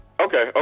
Okay